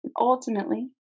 Ultimately